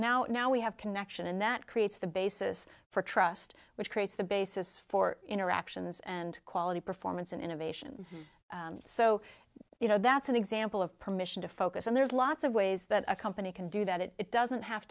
now now we have connection and that creates the basis for trust which creates the basis for interactions and quality performance and innovation so you know that's an example of permission to focus and there's lots of ways that a company can do that it doesn't have